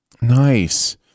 nice